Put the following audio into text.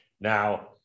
Now